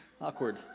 Awkward